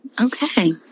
Okay